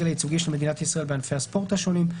הייצוגי של מדינת ישראל בענפי הספורט השונים,